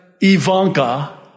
Ivanka